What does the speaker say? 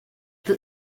that